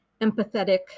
empathetic